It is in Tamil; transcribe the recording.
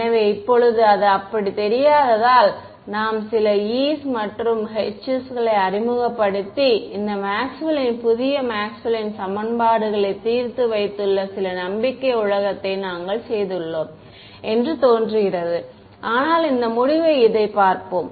எனவே இப்போது அது அப்படித் தெரியாததால் நாம் சில e's மற்றும் h's களை அறிமுகப்படுத்தி இந்த மேக்ஸ்வெல்லின் புதிய மேக்ஸ்வெல்லின் சமன்பாடுகளைத் தீர்த்து வைத்துள்ள சில நம்பிக்கை உலகத்தை நாங்கள் செய்துள்ளோம் என்று தோன்றுகிறது ஆனால் இந்த முடிவை இதைப் பார்ப்போம்